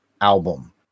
album